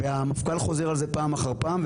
והמפכ"ל חוזר על זה פעם אחר פעם,